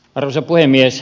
arvoisa puhemies